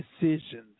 decisions